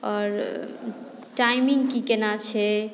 आओर टाइमिंग की केना छै